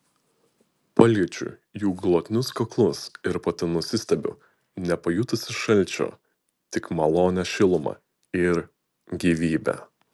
paliečiu jų glotnius kaklus ir pati nusistebiu nepajutusi šalčio tik malonią šilumą ir gyvybę